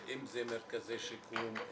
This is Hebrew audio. אם זה מרכזי שיקום,